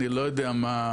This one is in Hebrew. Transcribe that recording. אני לא יודע מה,